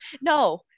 no